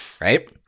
Right